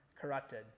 corrupted